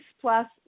plus